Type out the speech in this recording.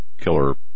killer